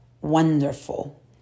wonderful